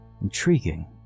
intriguing